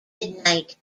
midnight